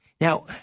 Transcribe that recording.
Now